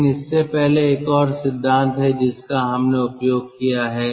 लेकिन इससे पहले एक और सिद्धांत है जिसका हमने उपयोग किया है